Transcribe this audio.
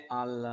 al